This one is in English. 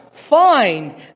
Find